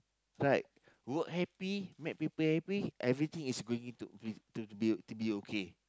right work happy make people happy everything is going to be to be to be okay